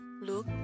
look